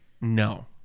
no